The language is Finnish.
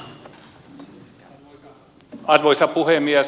ar voisa puhemies